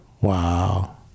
Wow